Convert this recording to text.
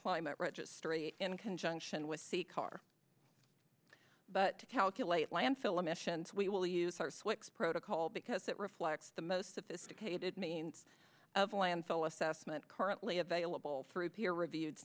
climate registry in conjunction with the car but to calculate landfill emissions we will use our swix protocol because it reflects the most sophisticated means of landfall assessment currently available through peer reviewed